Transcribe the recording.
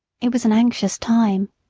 it was an anxious time!